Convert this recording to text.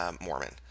Mormon